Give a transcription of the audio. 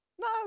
No